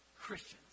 Christians